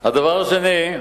הדבר השני,